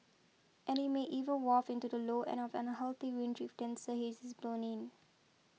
and it may even waft into the low end of the unhealthy range if denser haze is blown in